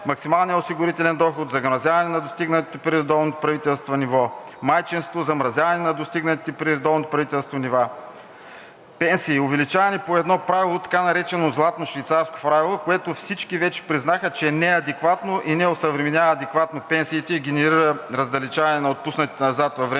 максималният осигурителен доход, замразяване на достигнатите пари от редовното правителство ниво, майчинство – замразяване на достигнатите при редовното правителство нива. Пенсии – увеличаване по едно правило, така наречено златно швейцарско правило, което всички вече признаха, че не е адекватно и не осъвременява адекватно пенсиите и генерира раздалечаване на отпуснатите назад във времето